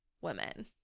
women